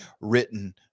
written